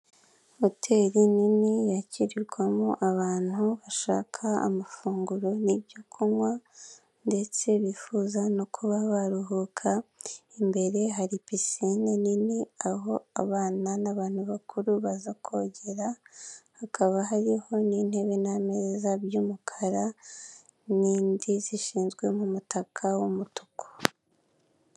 Hoteri nini yakirirwamo abantu bashaka amafunguro n'ibyo kunywa ndetse bifuza no kuba baruhuka, imbere hari pisinine nini aho abana n'abantu bakuru baza kogera, hakaba hariho n'intebe n'ameza by'umukara, n'indi zishyizwe mu umutaka w'umutuku.